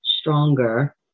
stronger